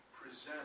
present